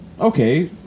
Okay